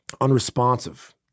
unresponsive